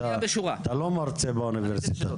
אתה לא מרצה באוניברסיטה.